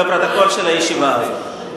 בפרוטוקול של הישיבה הזו.